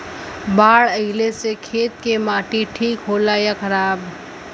बाढ़ अईला से खेत के माटी ठीक होला या खराब?